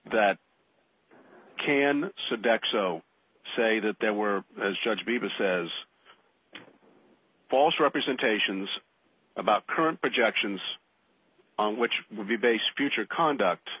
that can sit back so say that there were as judge beavis says false representations about current projections on which would be based future conduct